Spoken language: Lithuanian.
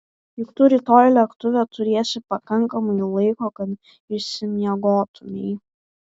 juk tu rytoj lėktuve turėsi pakankamai laiko kad išsimiegotumei